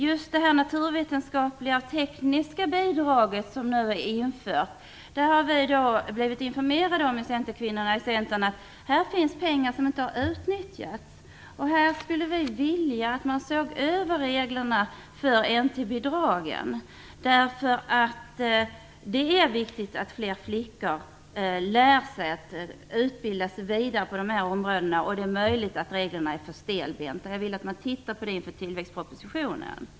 Just i fråga om det naturvetenskapliga-tekniska bidraget som nu har införts har vi centerkvinnor blivit informerade om att det finns pengar som inte har utnyttjats. Vi skulle därför vilja att man såg över reglerna för detta NT-bidrag, då det är viktigt att fler flickor utbildar sig vidare på de områdena. Det är möjligt att reglerna är för stelbenta. Jag vill att man tittar på det inför tillväxtpropositionen.